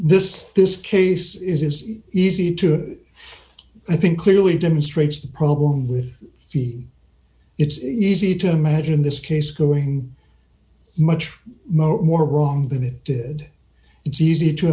this this case is easy to i think clearly demonstrates the problem with fi it's easy to imagine this case going much most more wrong than it did it's easy to